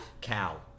Cow